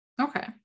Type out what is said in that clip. okay